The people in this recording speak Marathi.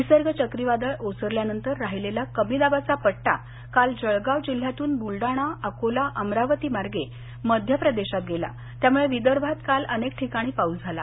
निसर्ग चक्रीवादळ ओसरल्यानंतर राहिलेला कमी दाबाचा पट्टा काल जळगाव जिल्ह्यातून ब्लडाणा अकोला अमरावती मार्गे मध्यप्रदेशात गेला त्यामुळे विदर्भात काल अनेक ठिकाणी पाऊस झाला